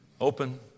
open